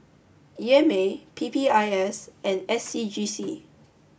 E M A P P I S and S C G C